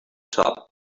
top